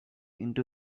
into